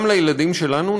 גם לילדים שלנו,